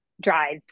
drive